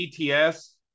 ETS